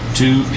two